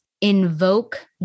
invoke